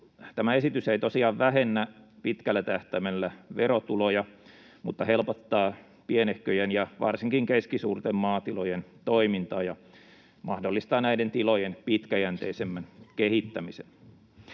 Tämä esitys ei tosiaan vähennä pitkällä tähtäimellä verotuloja, mutta helpottaa pienehköjen ja varsinkin keskisuurten maatilojen toimintaa ja mahdollistaa näiden tilojen pitkäjänteisemmän kehittämisen.